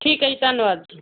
ਠੀਕ ਹੈ ਜੀ ਧੰਨਵਾਦ ਜੀ